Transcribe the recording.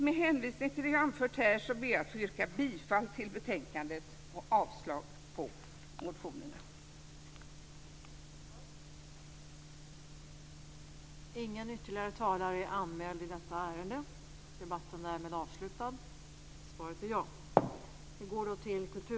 Med hänvisning till det som jag anfört här ber jag alltså att få yrka bifall till hemställan i betänkandet och avslag på reservationerna och motionerna.